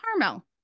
carmel